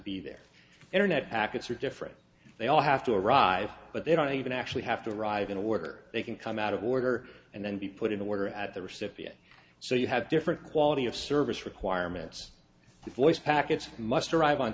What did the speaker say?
be there internet packets are different they all have to arrive but they don't even actually have to arrive in a work or they can come out of order and then be put in order at the recipient so you have different quality of service requirements the voice packets must arrive on